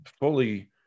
fully